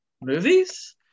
movies